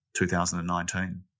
2019